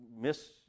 miss